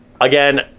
Again